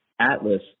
Atlas